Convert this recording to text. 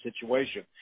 situation